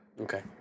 Okay